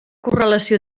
correlació